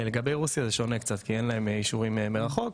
לגבי רוסיה זה שונה כי אין להם אישורים מרחוק,